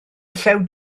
llew